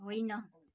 होइन